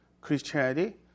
Christianity